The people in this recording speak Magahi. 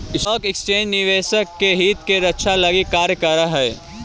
स्टॉक एक्सचेंज निवेशक के हित के रक्षा लगी कार्य करऽ हइ